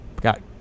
got